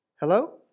Hello